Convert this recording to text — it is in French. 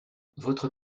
votre